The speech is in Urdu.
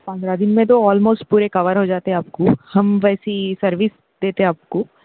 پندرہ دن میں تو آلموسٹ پورے کور ہو جاتے آپ کو ہم ویسی سروس دیتے آپ کو